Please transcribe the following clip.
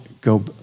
go